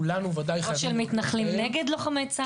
או של מתנחלים נגד לוחמי צה"ל.